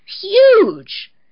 huge